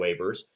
waivers